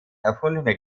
erfundene